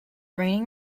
raining